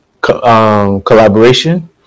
collaboration